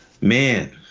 man